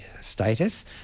status